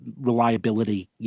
reliability